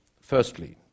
Firstly